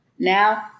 Now